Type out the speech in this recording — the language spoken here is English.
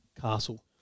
Castle